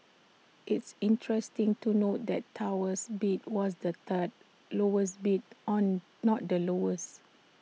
it's interesting to note that Tower's bid was the third lowest bid on not the lowest